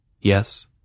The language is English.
Yes